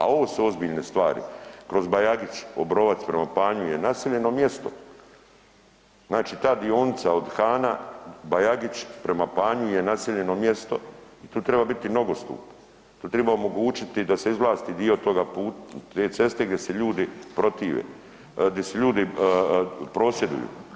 A ovo su ozbiljne stvari kroz Bajagić, Obrovac prema Panju je naseljeno mjesto, znači ta dionica od Hana, Bajagić prema Panju je naseljeno mjesto i tu triba biti nogostup, tu triba omogućiti da se izvlasti dio te ceste gdje se ljudi protive, di ljudi prosvjeduju.